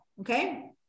Okay